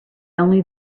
only